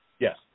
Yes